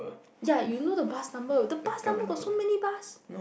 ya you know the bus number the bus number got so many bus